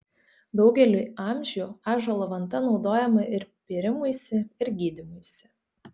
daugelį amžių ąžuolo vanta naudojama ir pėrimuisi ir gydymuisi